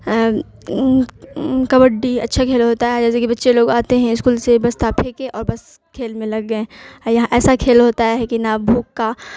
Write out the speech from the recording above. کبڈی اچھا کھیل ہوتا ہے جیسے کہ بچے لوگ آتے ہیں اسکول سے بستا پھیکے اور بس کھیل میں لگ گئیں یہاں ایسا کھیل ہوتا ہے کہ نا بھوک کا